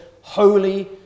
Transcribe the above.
Holy